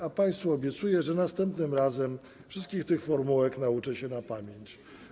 A państwu obiecuję, że następnym razem wszystkich tych formułek nauczę się na pamięć.